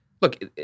Look